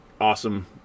Awesome